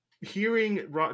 hearing